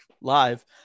live